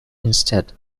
instead